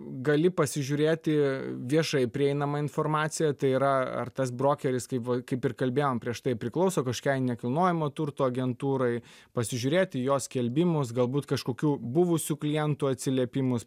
gali pasižiūrėti viešai prieinamą informaciją tai yra ar tas brokeris kaip va kaip ir kalbėjom prieš tai priklauso kažkokiai nekilnojamo turto agentūrai pasižiūrėti jo skelbimus galbūt kažkokių buvusių klientų atsiliepimus